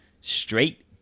straight